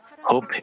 hope